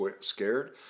scared